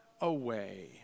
away